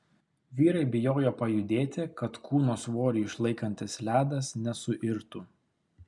vyrai bijojo pajudėti kad kūno svorį išlaikantis ledas nesuirtų